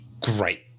great